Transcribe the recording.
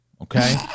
Okay